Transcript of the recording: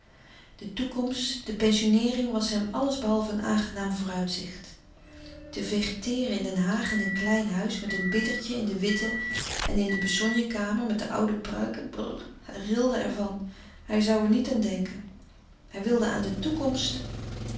de toekomst de pensioeneering was hem alles behalve een aangenaam vooruitzicht te vegeteeren in den haag in een klein huis met een bittertje in de witte en in de besogne kamer met de oude pruiken brr hij rilde ervan hij zoû er niet aan denken hij wilde aan de toekomst